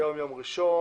היום יום ראשון,